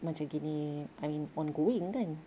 macam gini I mean ongoing kan